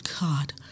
God